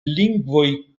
lingvoj